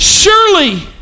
Surely